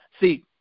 see